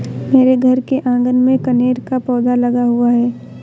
मेरे घर के आँगन में कनेर का पौधा लगा हुआ है